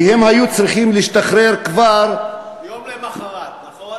כי הם היו צריכים להשתחרר כבר, יום למחרת, נכון?